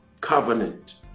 covenant